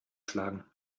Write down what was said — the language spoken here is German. schlagen